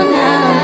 now